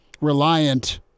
reliant